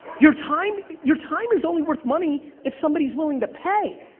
your time your time is only worth money if somebody's willing to pay,